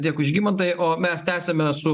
dėkui žygimantai o mes tęsiame su